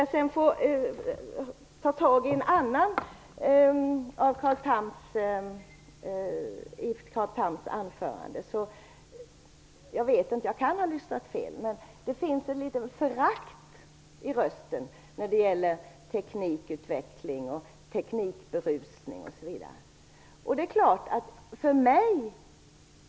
Jag vill ta tag i en annan del av Carl Thams anförande. Jag kan ha hört fel, men jag tyckte att det fanns ett litet förakt i rösten när det gällde teknikutveckling och teknikberusning.